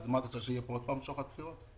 את רוצה שיהיה פה עוד פעם שוחד בחירות?